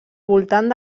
voltant